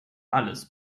alles